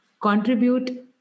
contribute